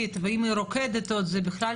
זה הפילוסופים הגדולים קודם כל,